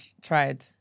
tried